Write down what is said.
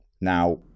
Now